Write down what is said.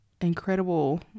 incredible